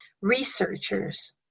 researchers